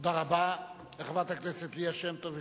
תודה רבה לחברת הכנסת ליה שמטוב,